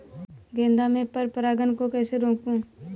गेंदा में पर परागन को कैसे रोकुं?